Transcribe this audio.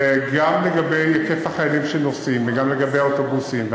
גם לגבי היקף החיילים שנוסעים וגם לגבי האוטובוסים,